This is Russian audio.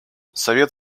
совет